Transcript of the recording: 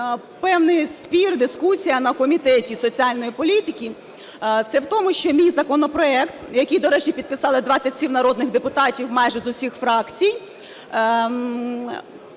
певний спір і дискусія на Комітеті соціальної політики – це в тому, що мій законопроект, який, до речі, підписали 27 народних депутатів майже з усіх фракцій,